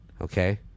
okay